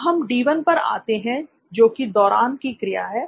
अब हम D1 पर आते हैं जो कि "दौरान" की क्रिया है